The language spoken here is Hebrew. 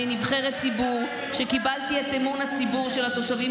אני נבחרת ציבור וקיבלתי את אמון הציבור של התושבים